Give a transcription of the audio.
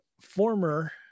former